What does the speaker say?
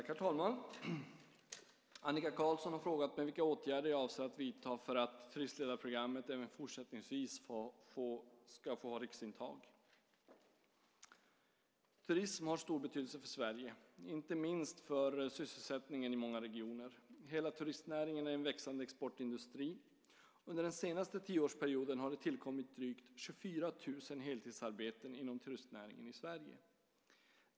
Herr talman! Annika Qarlsson har frågat mig vilka åtgärder jag avser att vidta för att turistledarprogrammet även fortsättningsvis ska få ha riksintag. Turism har stor betydelse för Sverige, inte minst för sysselsättningen i många regioner. Hela turistnäringen är en växande exportindustri, under den senaste tioårsperioden har det tillkommit drygt 24 000 heltidsarbeten inom turistnäringen i Sverige.